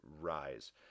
rise